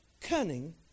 cunning